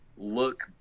Look